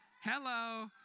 Hello